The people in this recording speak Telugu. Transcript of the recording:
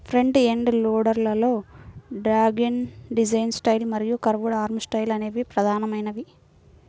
ఫ్రంట్ ఎండ్ లోడర్ లలో డాగ్లెగ్ డిజైన్ స్టైల్ మరియు కర్వ్డ్ ఆర్మ్ స్టైల్ అనేవి ప్రధానమైనవి